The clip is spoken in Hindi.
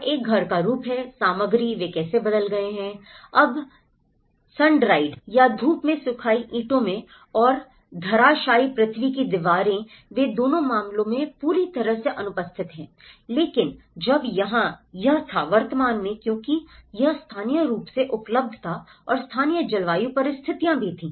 और एक घर का रूप है सामग्री वे कैसे बदल गए हैं अब sundried ईंटों में और धराशायी पृथ्वी की दीवारें वे दोनों मामलों में पूरी तरह से अनुपस्थित हैं लेकिन जब यहां यह था वर्तमान में क्योंकि यह स्थानीय रूप से उपलब्ध था और स्थानीय जलवायु परिस्थितियाँ थीं